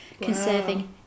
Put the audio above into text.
conserving